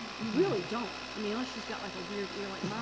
you really don't. i mean, unless she's got like a weird ear like